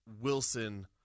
Wilson